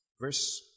verse